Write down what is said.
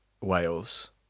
Wales